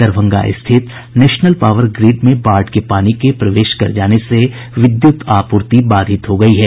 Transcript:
दरभंगा स्थित national power grid में बाढ़ के पानी के प्रवेश कर जाने से विद्युत आपूर्ति बाधित हो गयी है